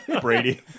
Brady